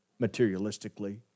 materialistically